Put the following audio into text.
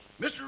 Mr